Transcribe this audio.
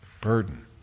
burden